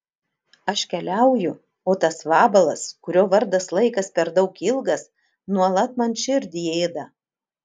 aš keliauju o tas vabalas kurio vardas laikas per daug ilgas nuolat man širdį ėda